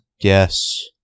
Yes